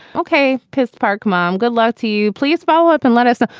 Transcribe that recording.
ok pist park. mom, good luck to you. please follow up and let us ah